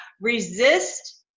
Resist